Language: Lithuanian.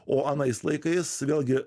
o anais laikais vėlgi